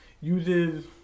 Uses